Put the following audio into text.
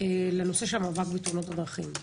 בנושא המאבק בתאונות הדרכים.